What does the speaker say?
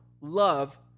Love